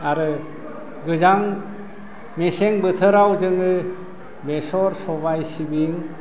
आरो गोजां मेसें बोथोराव जोङो बेसर सबाइ सिबिं